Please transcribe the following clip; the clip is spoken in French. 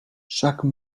chaque